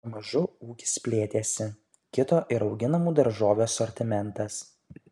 pamažu ūkis plėtėsi kito ir auginamų daržovių asortimentas